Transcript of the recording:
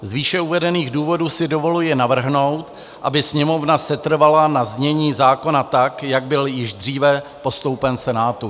Z výše uvedených důvodů si dovoluji navrhnout, aby Sněmovna setrvala na znění zákona tak, jak byl již dříve postoupen Senátu.